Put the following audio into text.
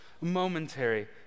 momentary